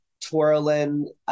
twirling